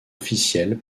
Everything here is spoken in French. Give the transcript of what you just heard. officielle